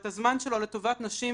את הזמן שלו לטובת נשים